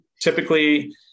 typically